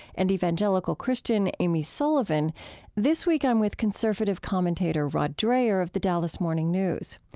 and evangelical christian amy sullivan this week, i'm with conservative commentator rod dreher of the dallas morning news.